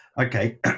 Okay